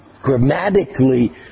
grammatically